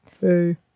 Hey